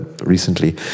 recently